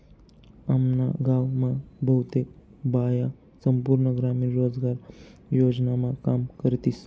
आम्ना गाव मा बहुतेक बाया संपूर्ण ग्रामीण रोजगार योजनामा काम करतीस